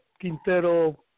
Quintero